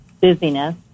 busyness